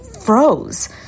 froze